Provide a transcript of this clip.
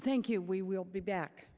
thank you we will be back